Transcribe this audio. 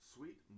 Sweet